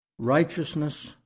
righteousness